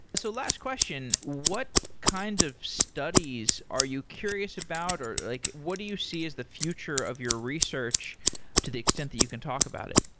so last question what kind of studies are you curious about or like what do you see is the future of your research to the extent that you can talk about it?